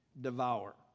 devour